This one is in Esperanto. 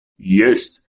jes